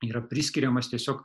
yra priskiriamas tiesiog